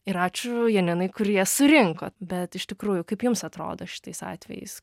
ir ačiū janinai kuri jas surinko bet iš tikrųjų kaip jums atrodo šitais atvejais